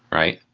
right?